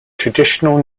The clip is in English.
traditional